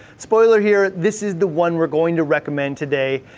spoiler here, this is the one we're going to recommend today.